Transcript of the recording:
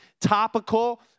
Topical